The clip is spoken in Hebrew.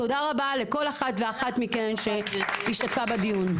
תודה רבה לכל אחת ואחת מכן שהשתתפה בדיון.